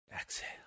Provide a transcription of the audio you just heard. exhale